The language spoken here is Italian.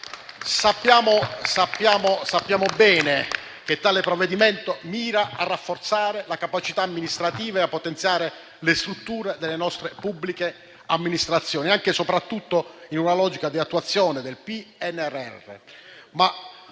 Sappiamo bene che tale provvedimento mira a rafforzare la capacità amministrativa, a potenziare le strutture delle nostre pubbliche amministrazioni, anche e soprattutto in una logica di attuazione del PNRR.